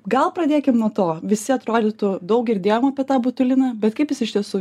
gal pradėkim nuo to visi atrodytų daug girdėjom apie tą botuliną bet kaip jis iš tiesų